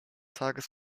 tages